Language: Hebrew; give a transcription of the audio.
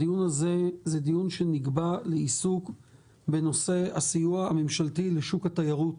הדיון הזה הוא דיון שנקבע לעיסוק בנושא הסיוע הממשלתי לשוק התיירות.